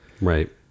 Right